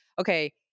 okay